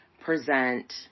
present